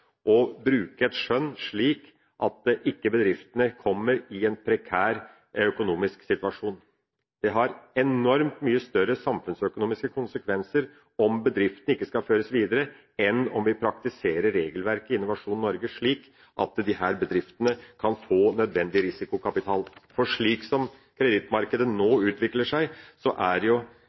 og bruke et skjønn, slik at ikke bedriften kommer i en prekær økonomisk situasjon. Det har enormt mye større samfunnsøkonomiske konsekvenser om bedriften ikke skal føres videre, enn om vi praktiserer regelverket til Innovasjon Norge, slik at disse bedriftene kan få nødvendig risikokapital. Slik som kredittmarkedet nå utvikler seg, er det